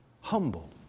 humble